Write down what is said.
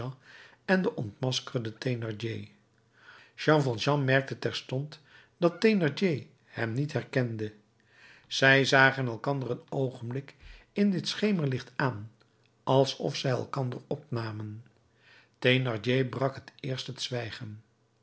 en den ontmaskerden thénardier jean valjean merkte terstond dat thénardier hem niet herkende zij zagen elkander een oogenblik in dit schemerlicht aan alsof zij elkander opnamen thénardier brak het eerst het zwijgen